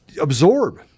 absorb